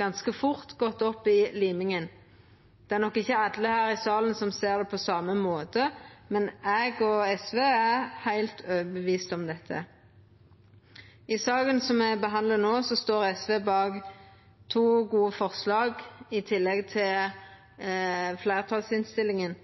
ganske fort gått opp i liminga. Det er nok ikkje alle her i salen som ser det på same måten, men eg og SV er heilt overtydde om dette. I saka me behandlar no, står SV bak to gode forslag i tillegg til fleirtalsinnstillinga,